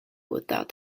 without